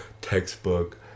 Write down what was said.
textbook